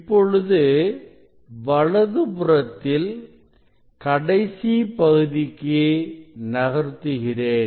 இப்பொழுது வலதுபுறத்தில் கடைசி பகுதிக்கு நகர்த்துகிறேன்